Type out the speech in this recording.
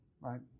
right